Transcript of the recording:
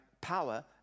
power